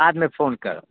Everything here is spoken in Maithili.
बादमे फोन करब